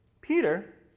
Peter